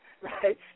right